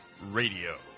Radio